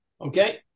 Okay